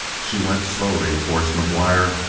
she went slowly towards mcguire,